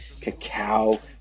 cacao